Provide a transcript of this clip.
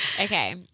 Okay